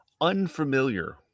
unfamiliar